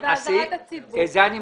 את אזהרת הציבור אני משאיר.